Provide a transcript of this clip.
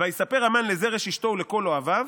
"'ויספר המן לזרש אשתו ולכל אוהביו',